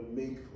make